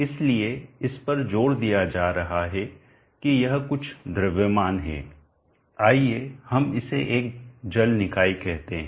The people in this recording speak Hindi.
इसलिए इस पर जोर दिया जा रहा है कि यह कुछ द्रव्यमान है आइए हम इसे एक जल निकाय कहते हैं